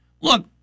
Look